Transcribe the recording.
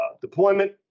deployment